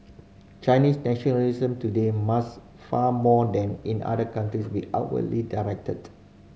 Chinese nationalism today must far more than in other countries be outwardly directed